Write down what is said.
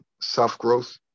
self-growth